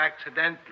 accidentally